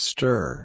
Stir